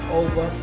over